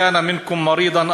חברת הכנסת יעל כהן-פארן.